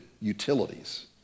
utilities